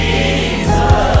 Jesus